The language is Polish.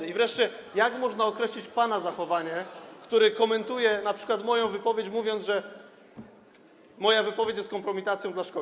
I wreszcie jak można określić pana zachowanie, pana, który komentuje np. moją wypowiedź, mówiąc, że moja wypowiedź jest kompromitacją dla szkoły?